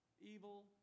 Evil